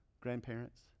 Grandparents